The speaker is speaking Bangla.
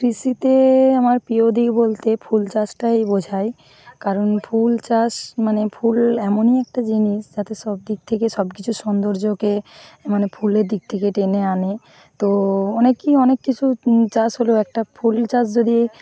কৃষিতে আমার প্রিয় দিক বলতে ফুল চাষটাই বোঝায় কারণ ফুল চাষ মানে ফুল এমনই একটা জিনিস যাতে সব দিক থেকে সব কিছু সৌন্দর্যকে মানে ফুলের দিক থেকে টেনে আনে তো অনেকেই অনেক কিছু চাষ হলেও একটা ফুল চাষ যদি